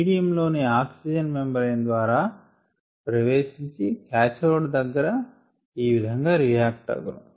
medium లోని oxygen membrane ద్వారా ప్రవేశించి కాథోడ్ దగ్గర ఈ విధంగా రియాక్ట్ అగును